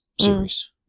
series